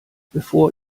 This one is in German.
bevor